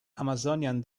amazonian